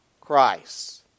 Christ